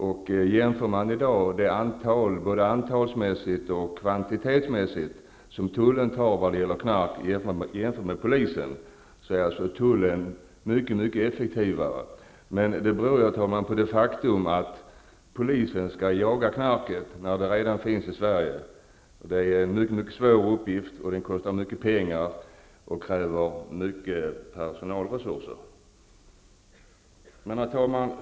Vid en jämförelse i dag av vad tullen och polisen kvantitetsmässigt tar av knark, är tullen mycket effektivare. Men det, herr talman, beror på det faktum att polisen skall jaga knarket när det redan finns i Sverige. Det är en svår uppgift, och det kostar mycket pengar och kräver mycket personalresurser. Herr talman!